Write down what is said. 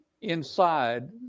inside